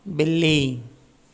बिल्ली